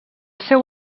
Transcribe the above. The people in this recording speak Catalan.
seu